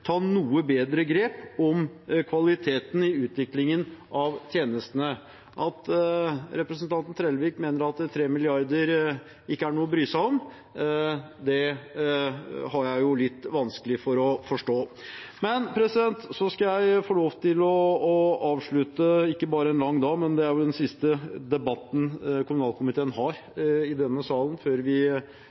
ta noe bedre grep om kvaliteten i utviklingen av tjenestene. At representanten Trellevik mener at 3 mrd. kr ikke er noe å bry seg om, har jeg litt vanskelig for å forstå. Jeg har lyst til å avslutte ikke bare en lang dag, det er vel også den siste debatten kommunalkomiteen har i denne salen før vi